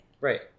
Right